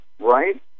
Right